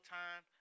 time